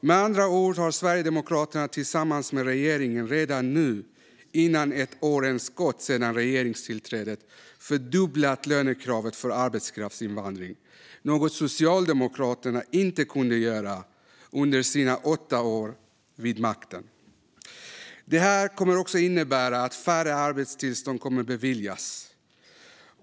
Med andra ord har Sverigedemokraterna tillsammans med regeringen redan nu, innan det ens gått ett år sedan regeringstillträdet, fördubblat lönekravet för arbetskraftsinvandring. Detta var något som Socialdemokraterna inte kunde göra under sina åtta år vid makten. Det här kommer också att innebära att färre arbetstillstånd kommer att beviljas.